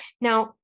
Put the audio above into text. Now